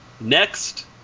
Next